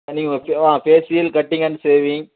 நீங்கள் facial cutting and shaving